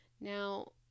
Now